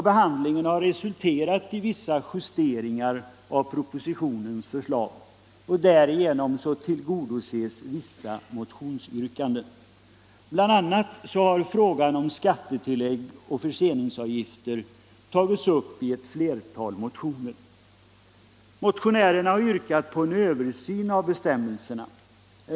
Behandlingen har resulterat i vissa justeringar av propositionens förslag. Därigenom tillgodoses vissa motionsyrkanden. Bl. a. har frågan om skattetillägg och förseningsavgifter tagits upp i ett flertal motioner.. Motionärerna har yrkat på en översyn av bestämmelserna.